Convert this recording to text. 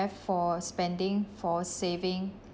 for spending for saving